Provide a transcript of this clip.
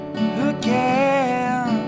again